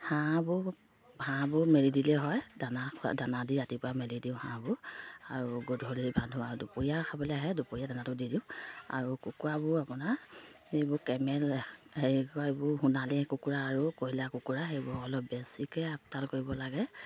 হাঁহবোৰ হাঁহবোৰ মেলি দিলে হয় দানা খোৱা দানা দি ৰাতিপুৱা মেলি দিওঁ হাঁহবোৰ আৰু গধূলি বান্ধো আৰু দুপৰীয়া খাবলৈ আহে দুপৰীয়া দানাটো দি দিওঁ আৰু কুকুৰাবোৰ আপোনাৰ এইবোৰ কেমেল হেৰি কৰে এইবোৰ সোণালী কুকুৰা আৰু কয়লা কুকুৰা সেইবোৰ অলপ বেছিকৈ আপতাল কৰিব লাগে